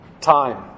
time